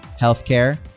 healthcare